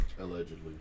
Allegedly